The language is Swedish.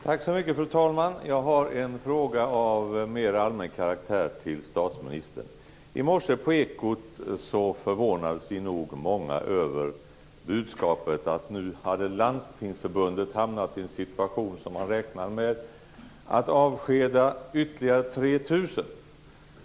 Tack så mycket, fru talman! Jag har en fråga av mer allmän karaktär till statsministern. I morse på radions Eko förvånades vi nog många över budskapet att nu hade Landstingsförbundet hamnat i en situation som gjorde att man räknade med att avskeda ytterligare 3 000.